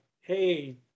Hey